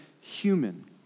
human